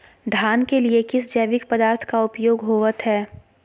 धान के लिए किस जैविक पदार्थ का उपयोग होवत है?